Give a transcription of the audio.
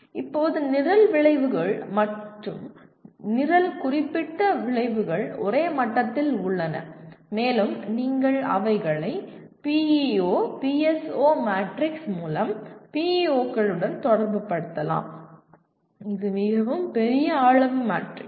இப்போது நிரல் விளைவுகள் மற்றும் நிரல் குறிப்பிட்ட விளைவுகள் ஒரே மட்டத்தில் உள்ளன மேலும் நீங்கள் அவைகளை PEO PSO மேட்ரிக்ஸ் மூலம் PEO களுடன் தொடர்பு படுத்தலாம் இது மிகவும் பெரிய அளவு மேட்ரிக்ஸ்